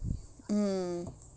mm